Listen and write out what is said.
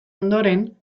ondoren